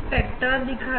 की कोशिश करुंगा